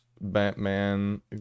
batman